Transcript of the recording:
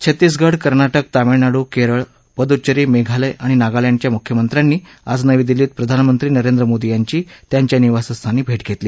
छत्तीसगढ़ कर्नाटक तामिळनाडू केरळ पुद्दुचेरी मेघालय आणि नागालँडच्या मुख्यमंत्र्यांनी आज नवी दिल्लीत प्रधानमंत्री नरेंद्र मोदी यांची त्यांच्या निवासस्थानी भेट घेतली